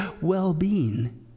well-being